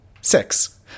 Six